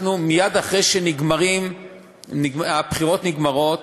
מייד אחרי שהבחירות נגמרות,